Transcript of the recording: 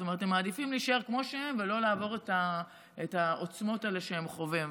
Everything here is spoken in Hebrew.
הם מעדיפים להישאר כמו שהם ולא לעבור את העוצמות האלה שהם חווים.